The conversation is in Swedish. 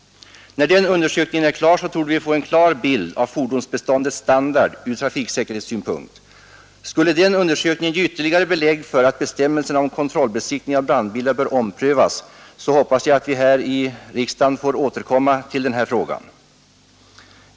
När den undersökningen är klar torde vi få en klar bild av fordonsbeståndets standard ur trafiksäkerhetssynpunkt. Skulle den undersökningen ge ytterligare belägg för att bestämmelserna om kontrollbesiktning av brandbilar bör omprövas, hoppas jag att vi här i riksdagen får återkomma till den här frågan.